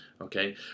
Okay